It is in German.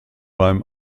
beim